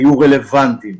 היו רלוונטיים,